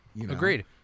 Agreed